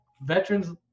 veterans